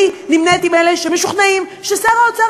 אני נמנית עם אלה שמשוכנעים ששר האוצר,